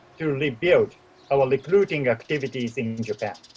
to really build our recruiting activities in japan.